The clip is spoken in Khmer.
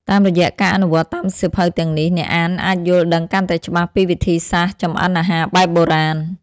តាមរយៈការអនុវត្តតាមសៀវភៅទាំងនេះ អ្នកអានអាចយល់ដឹងកាន់តែច្បាស់ពីវិធីសាស្ត្រចម្អិនអាហារបែបបុរាណ។